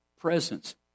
presence